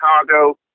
Chicago